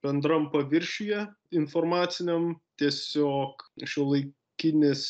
bendram paviršiuje informaciniam tiesiog šiuolaikinis